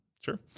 Sure